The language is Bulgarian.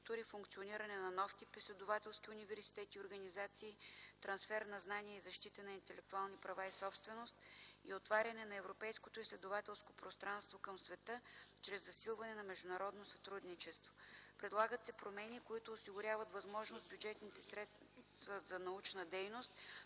към света чрез засилване на международно сътрудничество. Предлагат се промени, които осигуряват възможност бюджетните средства за научна дейност